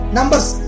Numbers